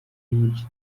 yica